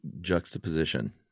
juxtaposition